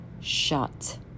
shut